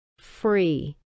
free